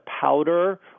powder